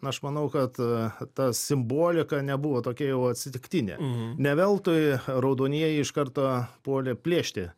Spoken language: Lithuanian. aš manau kad ta simbolika nebuvo tokia jau atsitiktinė neveltui raudonieji iš karto puolė plėšti